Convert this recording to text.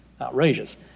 outrageous